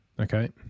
okay